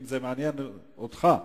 אם זה מעניין אותך,